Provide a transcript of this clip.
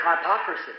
hypocrisy